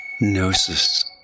Gnosis